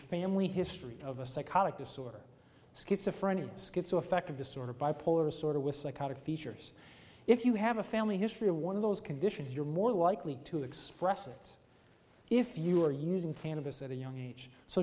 family history of a psychotic disorder schizophrenia schizoaffective disorder bipolar disorder with psychotic features if you have a family history of one of those conditions you're more likely to express it if you are using cannabis at a young age so